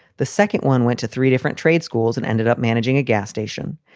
the second one went to three different trade schools and ended up managing a gas station,